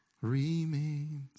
remains